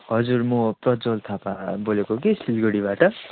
हजुर म प्रज्वल थापा बोलेको कि सिलगढीबाट